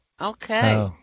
Okay